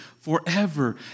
forever